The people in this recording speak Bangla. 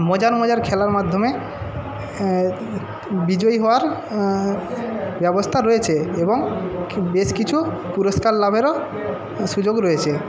মজার মজার খেলার মাধ্যমে বিজয়ী হওয়ার ব্যবস্থা রয়েছে এবং বেশ কিছু পুরষ্কার লাভেরও সুযোগ রয়েছে